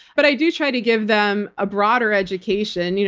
but i do try to give them a broader education. you know